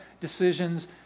decisions